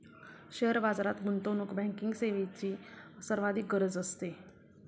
share बाजारात गुंतवणूक banking सेवेची सर्वाधिक गरज असते